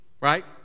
right